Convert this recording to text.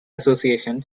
association